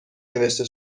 نوشته